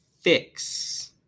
fix